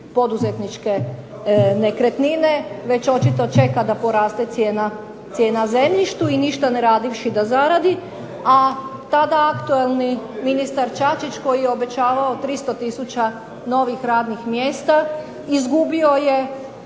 poduzetničke nekretnine, već očito čeka da poraste cijena zemljištu i ništa ne radivši da zaradi. A tada aktualni ministar Čačić koji je obećavao 300 tisuća novih radnih mjesta izgubio je